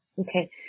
Okay